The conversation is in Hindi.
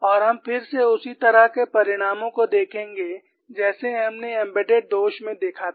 और हम फिर से उसी तरह के परिणामों को देखेंगे जैसे हमने एम्बेडेड दोष में देखा था